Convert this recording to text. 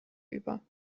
über